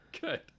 good